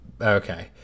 Okay